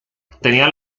tenía